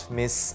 miss